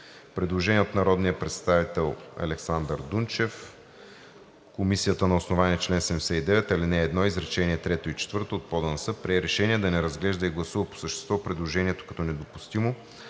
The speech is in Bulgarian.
Предложение от народния представител Александър Дунчев. Комисията на основание чл. 79, ал. 1, изречение трето и четвърто от ПОДНС прие решение да не разглежда и гласува по същество предложението като недопустимо,